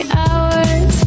hours